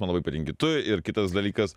man labai patinki tu ir kitas dalykas